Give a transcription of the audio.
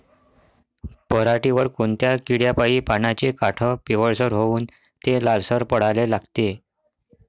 पऱ्हाटीवर कोनत्या किड्यापाई पानाचे काठं पिवळसर होऊन ते लालसर पडाले लागते?